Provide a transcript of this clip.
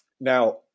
Now